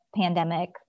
pandemic